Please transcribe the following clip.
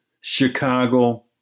Chicago